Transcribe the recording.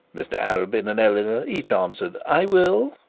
mr arabin and eleanor each answered, i will.